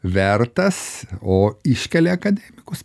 vertas o iškelia akademikus